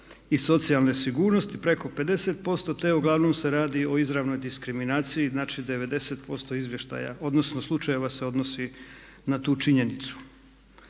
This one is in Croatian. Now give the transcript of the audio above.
i socijalne sigurnosti, preko 50% te uglavnom se radi o izravnoj diskriminaciji, znači 90% izvještaja odnosno slučajeva se odnosi na tu činjenicu.